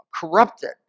corrupted